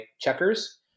checkers